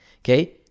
Okay